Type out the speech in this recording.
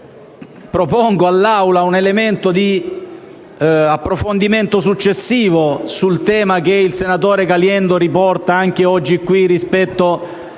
propongo all'Assemblea un elemento di approfondimento successivo sul tema che il senatore Caliendo riporta anche oggi qui rispetto alle